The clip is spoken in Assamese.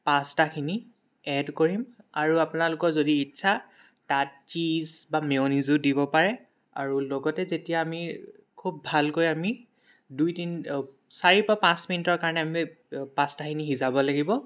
পাস্তাখিনি এড কৰিম আৰু আপোনালোকৰ যদি ইচ্ছা তাত চিজ বা মেয়নিজো দিব পাৰে আৰু লগতে যেতিয়া আমি খুব ভালকৈ আমি দুই তিনি চাৰি বা পাঁচ মিনিটৰ কাৰণে আমি পাস্তাখিনি সিজাব লাগিব